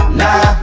nah